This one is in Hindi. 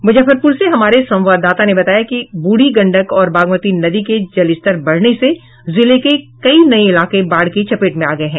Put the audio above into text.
मुजफ्फरपुर से हमारे संवाददाता ने बताया कि बूढ़ी गंडक और बागमती नदी के जलस्तर बढ़ने से जिले के कई नये इलाके बाढ़ की चपेट में आ गये हैं